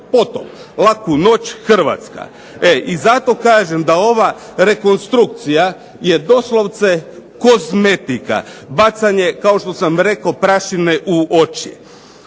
potop. Laku noć Hrvatska. I zato kažem da ova rekonstrukcija je doslovce kozmetika. Bacanje kao što sam rekao prašine u oči.